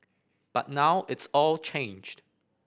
but now it's all changed